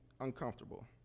uncomfortable